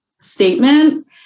statement